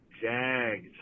Jags